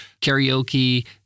karaoke